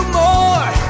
more